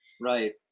Right